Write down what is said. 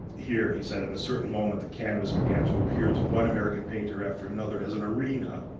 here he said at a certain moment, the canvas began to appear to one american painter after another as an arena